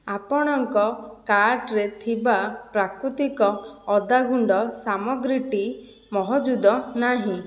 ଆପଣଙ୍କ କାର୍ଟ୍ରେ ଥିବା ପ୍ରାକୃତିକ ଅଦାଗୁଣ୍ଡ ସାମଗ୍ରୀଟି ମହଜୁଦ ନାହିଁ